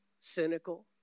cynical